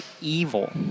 evil